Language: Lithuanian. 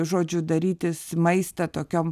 žodžiu darytis maistą tokiom